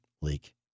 leak